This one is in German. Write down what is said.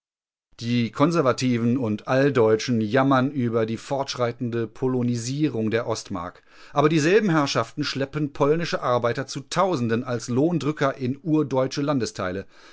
die konservativen und alldeutschen jammern über die fortschreitende polonisierung der ostmark aber dieselben herrschaften schleppen polnische arbeiter zu tausenden als lohndrücker in urdeutsche landesteile